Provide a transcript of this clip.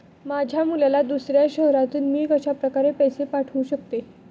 माझ्या मुलाला दुसऱ्या शहरातून मी कशाप्रकारे पैसे पाठवू शकते?